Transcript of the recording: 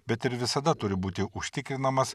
bet ir visada turi būti užtikrinamas